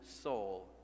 soul